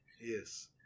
Yes